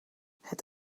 het